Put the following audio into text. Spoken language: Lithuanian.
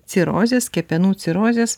cirozės kepenų cirozės